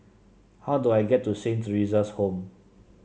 how do I get to Saint Theresa's Home